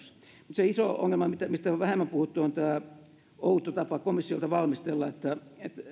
se iso ongelma mistä on vähemmän puhuttu on tämä komission outo tapa valmistella että